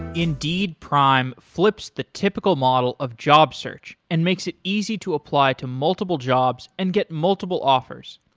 indeed prime flips the typical model of job search and makes it easy to apply to multiple jobs and get multiple offers.